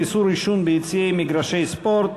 איסור עישון ביציעי מגרשי ספורט),